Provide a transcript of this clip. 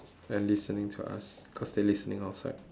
and listening to us cause they listening outside